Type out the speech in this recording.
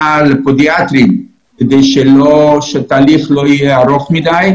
לפודיאטרים כדי שהתהליך לא יהיה ארוך מדי.